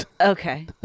okay